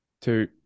two